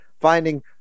finding